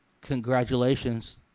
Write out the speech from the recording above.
Congratulations